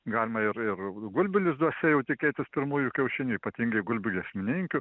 galima ir ir gulbių lizduose jau tikėtis pirmųjų kiaušinių ypatingai gulbių giesmininkių